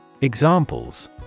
Examples